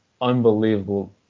unbelievable